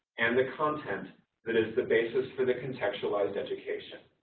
and the content that is the basis for the contextualized education.